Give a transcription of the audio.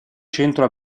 centro